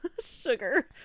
sugar